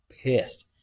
pissed